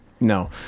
no